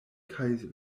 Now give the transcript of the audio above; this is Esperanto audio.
kaj